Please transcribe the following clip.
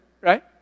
right